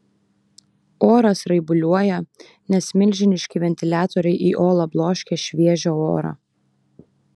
oras raibuliuoja nes milžiniški ventiliatoriai į olą bloškia šviežią orą